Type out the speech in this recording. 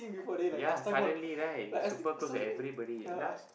ya suddenly right he super close to everybody last